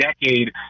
decade